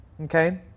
okay